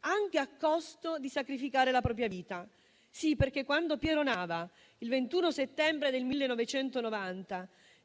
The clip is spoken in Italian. anche a costo di sacrificare la propria vita. Sì, perché quando Piero Nava, il 21 settembre del 1990,